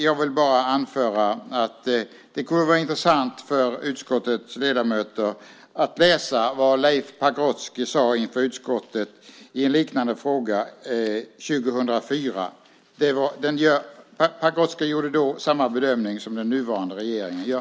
Jag vill anföra att det kunde vara intressant för utskottets ledamöter att läsa vad Leif Pagrotsky sade inför utskottet i en liknande fråga 2004. Pagrotsky gjorde då samma bedömning som den nuvarande regeringen gör.